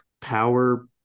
power